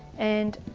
and